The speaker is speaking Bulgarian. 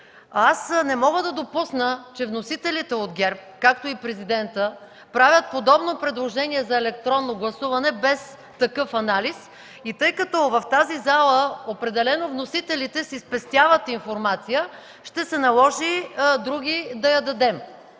Аз не мога да допусна, че вносителите от ГЕРБ, както и президентът, правят подобно предложение за електронно гласуване без такъв анализ. Тъй като в тази зала определено вносителите си спестяват информация, ще се наложи други да я дадем.